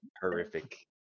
horrific